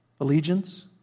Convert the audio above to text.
allegiance